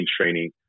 training